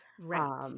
right